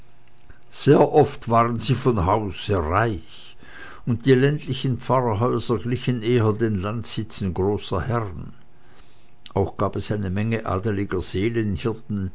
sehr oft waren sie von haus reich und die ländlichen pfarrhäuser glichen eher den landsitzen großer herren auch gab es eine menge